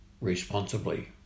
responsibly